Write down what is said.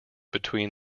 between